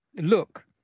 look